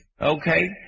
Okay